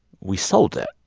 we sold it,